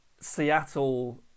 Seattle